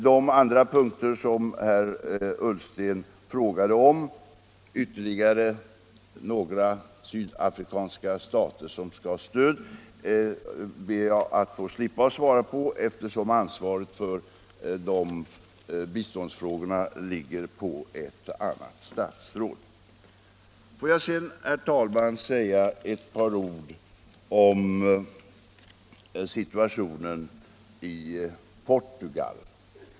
De andra frågor herr Ullsten ställde - om stöd till ytterligare några sydafrikanska stater — ber jag att få slippa att svara på, eftersom ansvaret för biståndsverksamheten ligger på ett annat statsråd. Låt mig sedan, herr talman, säga ett par ord om situationen i Portugal.